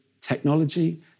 technology